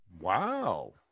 Wow